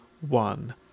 one